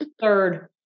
Third